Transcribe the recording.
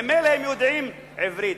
ממילא הם יודעים עברית